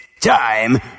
time